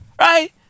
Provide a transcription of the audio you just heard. Right